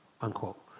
unquote